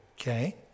Okay